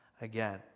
again